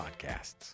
podcasts